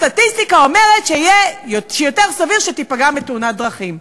הסטטיסטיקה אומרת שיותר סביר שתיפגע מתאונת דרכים.